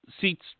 seats